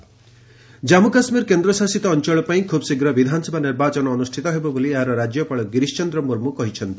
J and K LG Jammu Kashmir କେନ୍ଦ୍ର ଶାସିତ ଅଞ୍ଚଳ ପାଇଁ ଖୁବ୍ ଶୀଘ୍ର ବିଧାନସଭା ନିର୍ବାଚନ ଅନୁଷ୍ଠିତ ହେବ ବୋଲି ଏହାର ଉପରାଜ୍ୟପାଳ ଗିରିଶ ଚନ୍ଦ୍ର ମୁର୍ମୁ କହିଛନ୍ତି